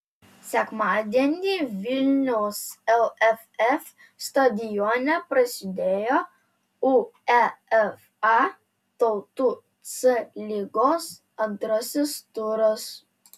sekmadienį vilniaus lff stadione prasidėjo uefa tautų c lygos antrasis turas